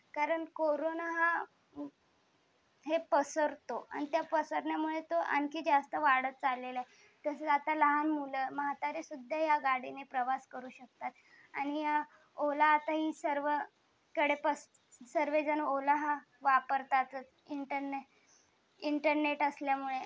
कारण कोरोना हा हे पसरतो आणि त्या पसरण्यामुळे तो आणखी जास्त वाढत चाललेला आहे तसेच आता लहान मुलं म्हातारेसुद्धा ह्या गाडीने प्रवास करू शकतात आणि ओला आता ही सर्व कडे पस सर्वजण ओला हा वापरतात इंटरने इंटरनेट असल्यामुळे